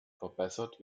verbessert